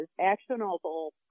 actionable